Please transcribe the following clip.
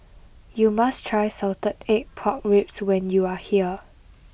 you must try salted egg pork ribs when you are here